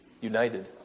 United